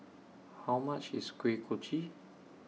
How much IS Kuih Kochi